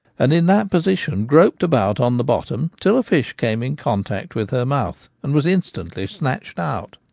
and in that position groped about on the bottom till a fish came in contact with her mouth and was instantly snatched out.